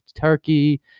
turkey